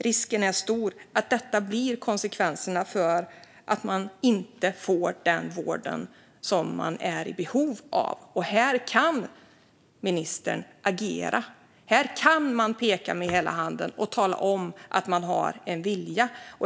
Risken är stor att detta blir konsekvensen därför att man inte får den vård som man är i behov av. Här kan ministern agera. Här kan man peka med hela handen och tala om att man har en vilja.